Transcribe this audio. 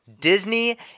Disney